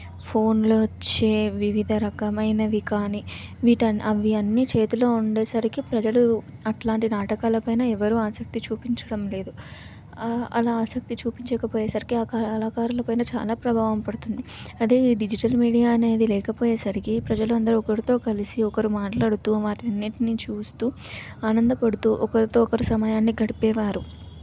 ఫోన్లో వచ్చే వివిధ రకమైనవి కానీ వీటి అన్ అవన్నీ చేతిలో ఉండేసరికి ప్రజలు అట్లాంటి నాటకాల పైన ఎవరు ఆసక్తి చూపించడం లేదు అలా ఆసక్తి చూపించకపోయేసరికి కళాకారుల పైన చాలా ప్రభావం పడుతుంది అదే డిజిటల్ మీడియా అనేది లేకపోయేసరికి ప్రజలందరూ ఒకరితో కలిసి ఒకరు మాట్లాడుతూ వాటన్నిటిని చూస్తూ ఆనందపడుతూ ఒకరితో ఒకరు సమయాన్ని గడిపేవారు